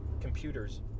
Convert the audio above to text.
computers